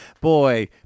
Boy